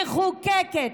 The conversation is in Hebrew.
מחוקקת,